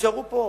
תישארו פה,